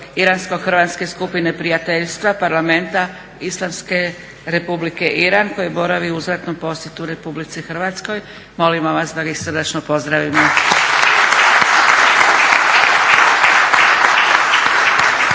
Iransko-Hrvatske skupine prijateljstva Parlamenta Islamske Republike Iran koje boravi u uzvratnom posjetu RH. Molimo vas da ih srdačno pozdravimo!